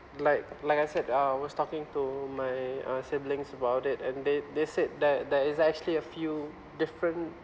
like like I said I was talking to my uh siblings about it and they they said that there is actually a few different